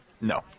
No